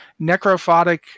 necrophotic